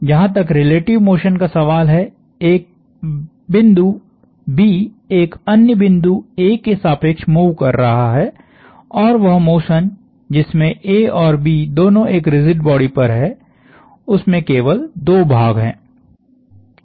जहां तक relative motion का सवाल है एक बिंदु B एक अन्य बिंदु A के सापेक्ष मूव कर रहा है और वह मोशन जिसमे A और B दोनों एक रिजिड बॉडी पर हैं उसमें केवल दो भाग हैं